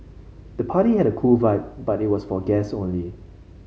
the party had a cool vibe but it was for guests only